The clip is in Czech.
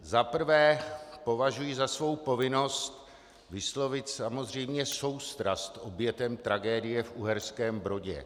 Za prvé považuji za svou povinnost vyslovit samozřejmě soustrast obětem tragédie v Uherském Brodě.